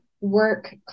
work